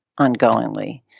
ongoingly